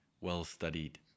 well-studied